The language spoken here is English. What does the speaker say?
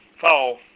fall